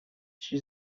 she